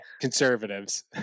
conservatives